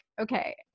okay